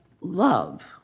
love